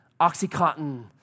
Oxycontin